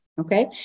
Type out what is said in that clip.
Okay